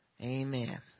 Amen